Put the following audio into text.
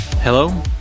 Hello